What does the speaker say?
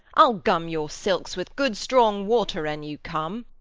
i'll gum your silks with good strong water, an you come.